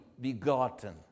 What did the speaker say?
begotten